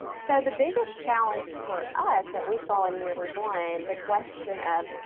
so the biggest challenge for us that we saw in year one the question of,